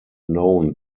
known